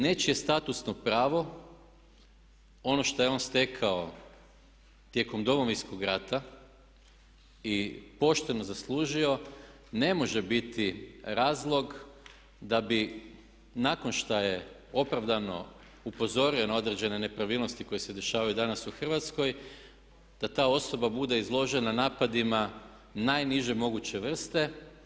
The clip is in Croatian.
Nečije statusno pravo ono što je on stekao tijekom Domovinskog rata i pošteno zaslužio ne može biti razlog da bi nakon što je opravdano upozorio na određene nepravilnosti koje se dešavaju danas u Hrvatskoj da ta osoba bude izložena napadima najniže moguće vrste.